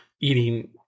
eating